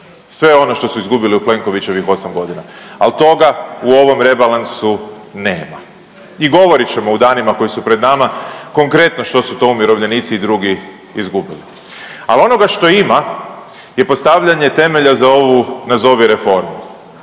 sve ono što su izgubili u Plenkovićevih godina, ali toga u ovom rebalansu nema. I govorit ćemo u danima koji su pred nama konkretno što su to umirovljenici i drugi izgubili. Ali onoga što ima je postavljenje temelja za ovu, nazovi reformu